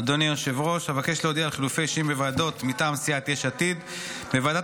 אושרה בקריאה טרומית, ותעבור